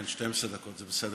כן, 12 דקות זה בסדר